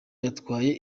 yatwaye